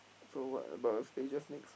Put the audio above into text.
so what about the stages next